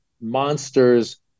monsters